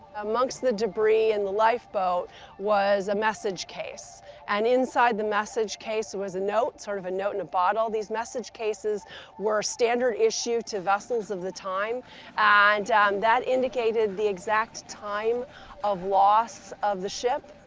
amongst the debris, in and the life boat was a message case and inside the message case was a note, sort of a note in a bottle, these message cases were standard issue to vessels of the time and that indicated the exact time of loss of the ship,